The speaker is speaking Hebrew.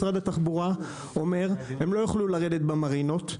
משרד התחבורה אומר "הם לא יוכלו לרדת במרינות",